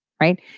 right